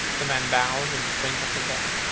the man bowed and went up the walk.